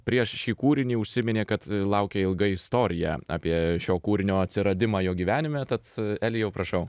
prieš šį kūrinį užsiminė kad laukia ilga istorija apie šio kūrinio atsiradimą jo gyvenime tad elijau prašau